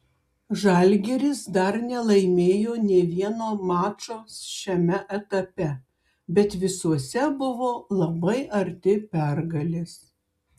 žalgiris dar nelaimėjo nė vieno mačo šiame etape bet visuose buvo labai arti pergalės